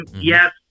Yes